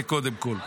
זה קודם כול.